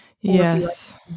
Yes